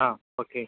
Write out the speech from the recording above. ആ ഓക്കേ